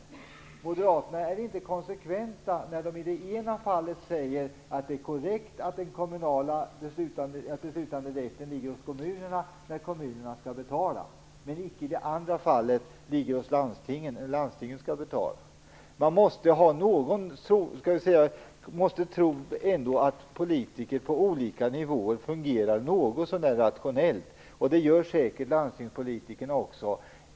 Moderaterna är inte konsekventa när de i det ena fallet säger att det är korrekt att beslutanderätten ligger hos kommunerna när kommunerna skall betala, men icke i det andra fallet att den ligger hos landstingen när landstingen skall betala. Man måste ändå tro att politiker på olika nivåer fungerar något så när rationellt. Det gör säkert landstingspolitikerna också.